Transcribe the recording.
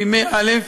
בימי ראשון